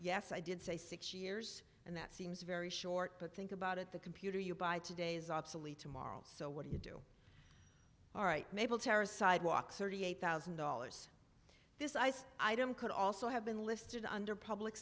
yes i did say six years and that seems very short but think about it the computer you buy today is obsolete tomorrow so what do you do all right mabel terrace sidewalks thirty eight thousand dollars this ice item could also have been listed under public